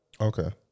Okay